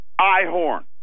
Ihorn